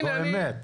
זו אמת.